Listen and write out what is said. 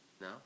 No